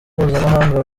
mpuzamahanga